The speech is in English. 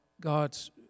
God's